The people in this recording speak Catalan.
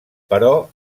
però